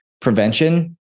prevention